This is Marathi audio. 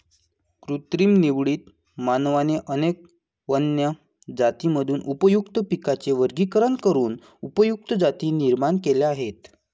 कृत्रिम निवडीत, मानवाने अनेक वन्य जातींमधून उपयुक्त पिकांचे वर्गीकरण करून उपयुक्त जाती निर्माण केल्या आहेत